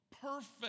perfect